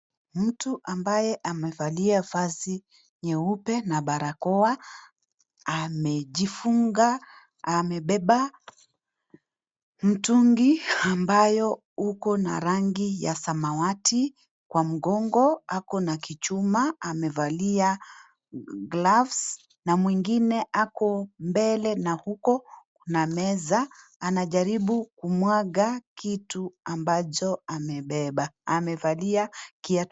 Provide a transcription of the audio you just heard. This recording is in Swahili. Mtu ambaye amevalia vasi nyeupe na barakoa, amejifunga, amebeba mtungi ambayo uko na rangi ya samawati kwa mgongo. Ako na kichuma amevalia gloves na mwingine ako mbele na huko, kuna meza, anajaribu kumwaga kitu ambacho amebeba, amevalia kiatu.